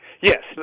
Yes